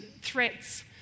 threats